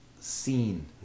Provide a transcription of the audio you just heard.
seen